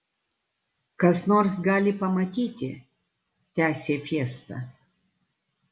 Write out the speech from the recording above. kas nors gali pamatyti tęsė fiesta